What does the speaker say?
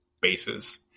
bases